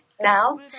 Now